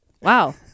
wow